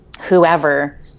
whoever